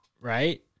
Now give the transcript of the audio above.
right